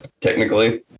Technically